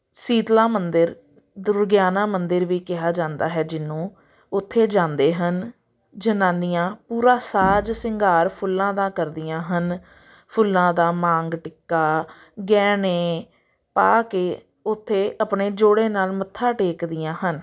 ਸੀਤਲਾ ਮੰਦਰ ਦੁਰਗਿਆਨਾ ਮੰਦਰ ਵੀ ਕਿਹਾ ਜਾਂਦਾ ਹੈ ਜਿਹਨੂੰ ਉੱਥੇ ਜਾਂਦੇ ਹਨ ਜਨਾਨੀਆਂ ਪੂਰਾ ਸਾਜ ਸ਼ਿੰਗਾਰ ਫੁੱਲਾਂ ਦਾ ਕਰਦੀਆਂ ਹਨ ਫੁੱਲਾਂ ਦਾ ਮਾਂਗ ਟਿੱਕਾ ਗਹਿਣੇ ਪਾ ਕੇ ਉੱਥੇ ਆਪਣੇ ਜੋੜੇ ਨਾਲ ਮੱਥਾ ਟੇਕਦੀਆਂ ਹਨ